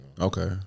Okay